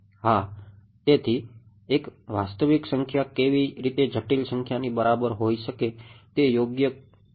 હા તેથી એક વાસ્તવિક સંખ્યા કેવી રીતે જટિલ સંખ્યાની બરાબર હોઈ શકે તે યોગ્ય હોઈ શકતું નથી